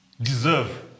Deserve